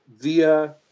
via